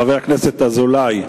חבר הכנסת אזולאי,